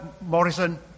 Morrison